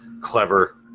clever